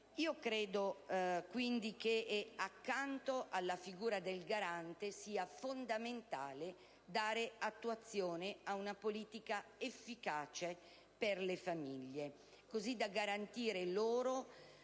Io credo, quindi, che accanto alla figura del Garante, sia fondamentale dare attuazione ad una politica efficace per le famiglie, così da garantire loro